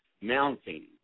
mounting